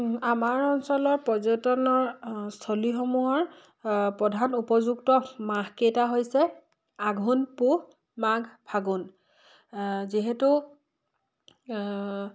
আমাৰ অঞ্চলৰ পৰ্যটনৰ স্থলীসমূহৰ প্ৰধান উপযুক্ত মাহকেইটা হৈছে আঘোণ পুহ মাঘ ফাগুন যিহেতু